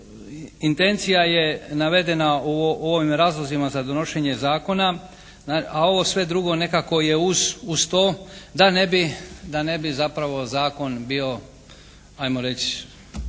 intencija je navedena u ovim razlozima za donošenje zakona a ovo sve drugo nekako je uz to da ne bi zapravo zakon bio ajmo reći